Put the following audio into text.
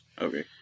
Okay